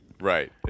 Right